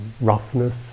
roughness